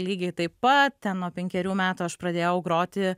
lygiai taip pat ten nuo penkerių metų aš pradėjau groti